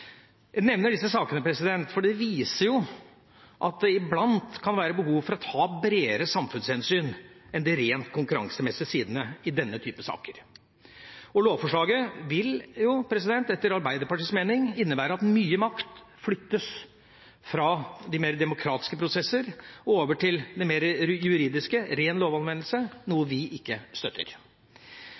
Jeg nevner disse sakene, for de viser at det iblant kan være behov for å ta bredere samfunnshensyn enn de rent konkurransemessige i denne typen saker. Lovforslaget vil, etter Arbeiderpartiets mening, innebære at mye makt flyttes fra de mer demokratiske prosesser og over til de mer juridiske – ren lovanvendelse – noe vi ikke støtter.